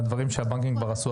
מהדברים שהבנקים כבר עשו,